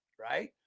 Right